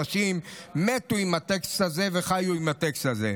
אנשים מתו עם הטקסט הזה וחיו עם הטקסט הזה.